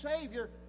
Savior